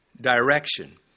direction